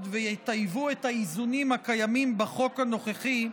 ויטייבו את האיזונים הקיימים בחוק הנוכחי,